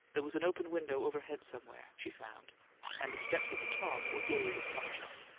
there was an open window overhead somewhere, she found and the steps at the top were gay with sunshine.